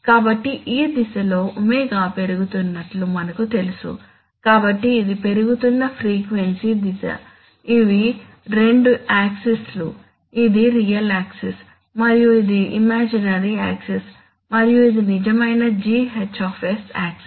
కాబట్టి ఈ దిశలో ఒమేగా పెరుగుతున్నట్లు మనకు తెలుసు కాబట్టి ఇది పెరుగుతున్న ఫ్రీక్వెన్సీ దిశ ఇవి రెండు యాక్సిస్ లు ఇది రియల్ ఆక్సిస్ మరియు ఇది ఇమాజినరీ ఆక్సిస్ మరియు ఇది నిజమైన GH ఆక్సిస్